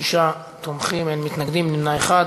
שישה תומכים, אין מתנגדים, נמנע אחד.